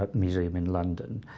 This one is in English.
ah museum in london,